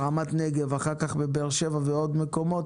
ברמת נגב ואחר כך בבאר שבע ובעוד מקומות?